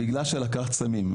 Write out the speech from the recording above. בגלל שלקחת סמים,